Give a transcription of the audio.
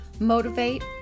motivate